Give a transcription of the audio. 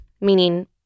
meaning